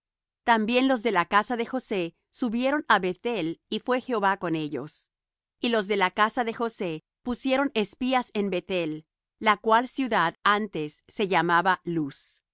también los de la casa de josé subieron á beth-el y fué jehová con ellos y los de la casa de josé pusieron espías en beth-el la cual ciudad antes se llamaba luz y